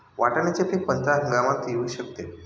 वाटाण्याचे पीक कोणत्या हंगामात येऊ शकते?